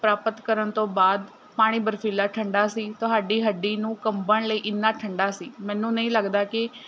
ਪ੍ਰਾਪਤ ਕਰਨ ਤੋਂ ਬਾਅਦ ਪਾਣੀ ਬਰਫੀਲਾ ਠੰਡਾ ਸੀ ਤੁਹਾਡੀ ਹੱਡੀ ਨੂੰ ਕੰਬਣ ਲਈ ਇੰਨਾ ਠੰਡਾ ਸੀ ਮੈਨੂੰ ਨਹੀਂ ਲੱਗਦਾ ਕਿ